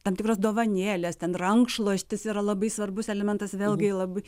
tam tikros dovanėlės ten rankšluostis yra labai svarbus elementas vėlgi labai